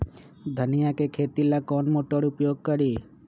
धनिया के खेती ला कौन मोटर उपयोग करी?